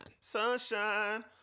Sunshine